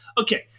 okay